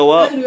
up